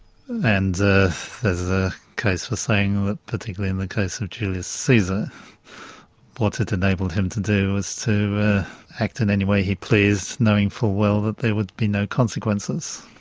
and there's a case for saying that particularly in the case of julius caesar what it enabled him to do was to act in any way he pleased, knowing full well that there would be no consequences,